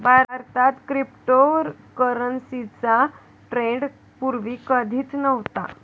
भारतात क्रिप्टोकरन्सीचा ट्रेंड पूर्वी कधीच नव्हता